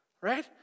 right